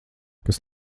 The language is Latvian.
kas